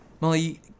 Molly